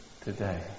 today